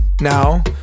now